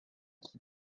qui